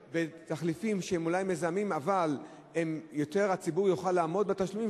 בתחליפים שהם אולי מזהמים אבל הציבור יוכל לעמוד בתשלומים,